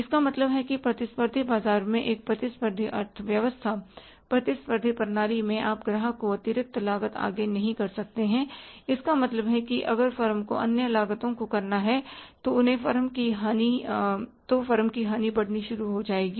इसका मतलब है कि प्रतिस्पर्धी बाजार में एक प्रतिस्पर्धी अर्थव्यवस्था प्रतिस्पर्धी प्रणाली में आप ग्राहक को अतिरिक्त लागत आगे नहीं कर सकते हैं इसका मतलब है कि अगर फर्म को अन्य लागतों को करना है तो उनके फर्म की हानि बढ़नी शुरू हो जाएगी